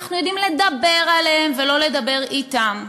אנחנו יודעים לדבר עליהם ולא לדבר אתם.